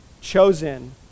chosen